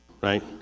right